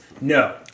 No